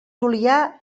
julià